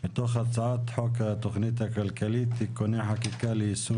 מתוך הצעת חוק התכנית הכלכלית (תיקוני חקיקה ליישום